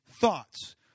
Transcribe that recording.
thoughts